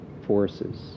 forces